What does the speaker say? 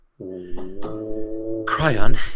Cryon